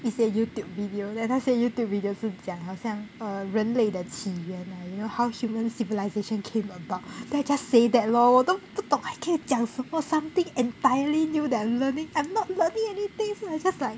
it's a youtube video then 那些 youtube video 是讲好像 err 人类的起源 ah you know how human civilization came about then I just say that lor 我都不懂可以讲什么 something entirely new that I am learning I'm not learning anything so it's just like